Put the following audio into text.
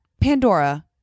Pandora